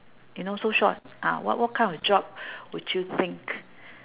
you know so short ah wha~ what kind of job would you think